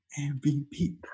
MVP